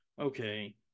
Okay